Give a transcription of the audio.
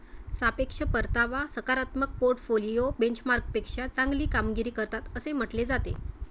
सापेक्ष परतावा सकारात्मक पोर्टफोलिओ बेंचमार्कपेक्षा चांगली कामगिरी करतात असे म्हटले जाते